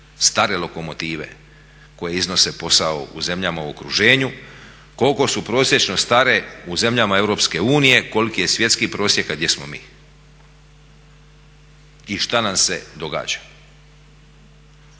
stare lokomotive koje iznose posao u zemljama u okruženju, koliko su prosječno stare u zemljama EU, koliki je svjetski prosjek, a gdje smo mi i šta nam se događa?